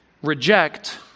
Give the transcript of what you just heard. Reject